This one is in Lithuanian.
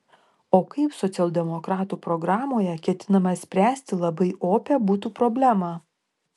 o kaip socialdemokratų programoje ketinama spręsti labai opią butų problemą